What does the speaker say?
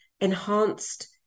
enhanced